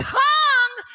tongue